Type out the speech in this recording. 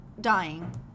dying